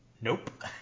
nope